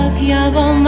ah giovanni